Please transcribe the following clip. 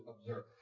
observe